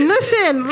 Listen